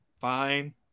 fine